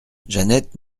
jeannette